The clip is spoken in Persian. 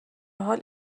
حال